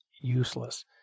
useless